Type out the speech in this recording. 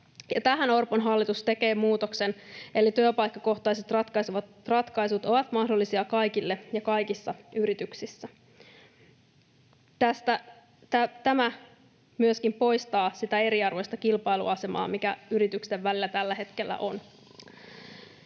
tähän Orpon hallitus tekee muutoksen: eli työpaikkakohtaiset ratkaisut ovat mahdollisia kaikille ja kaikissa yrityksissä. Tämä myöskin poistaa sitä eriarvoista kilpailuasemaa, mikä yritysten välillä tällä hetkellä on.